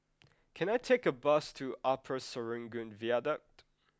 can I take a bus to Upper Serangoon Viaduct